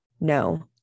no